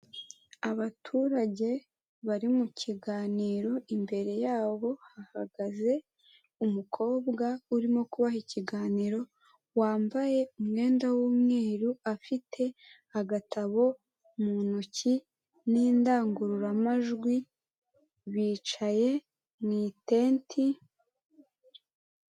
Abaturage bari mu kiganiro, imbere yabo hahagaze umukobwa urimo kubaha ikiganiro, wambaye umwenda w'umweru, afite agatabo mu ntoki n'indangururamajwi, bicaye mu itenti...